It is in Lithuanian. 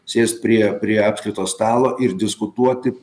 sėst prie prie apskrito stalo ir diskutuot taip